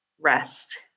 rest